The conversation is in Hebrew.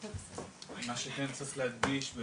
מה שכן צריך להדגיש,